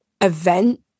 event